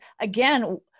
again